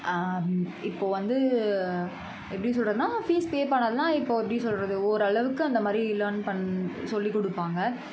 இப்போது வந்து எப்படி சொல்கிறதுன்னா ஃபீஸ் பே பண்ணாததுன்னால் இப்போது எப்படி சொல்கிறது ஓரளவுக்கு அந்தமாதிரி லேர்ன் பண் சொல்லிக் கொடுப்பாங்க